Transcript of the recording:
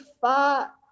far